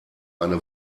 eine